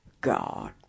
God